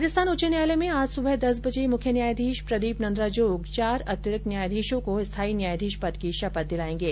राजस्थान उच्च न्यायालय में आज सुबह दस बजे मुख्य न्यायाधीश प्रदीप नन्द्राजोग चार अतिरिक्त न्यायाधीशों को स्थायी न्यायाधीश पद की शपथ दिलाएंगे